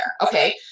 Okay